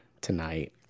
tonight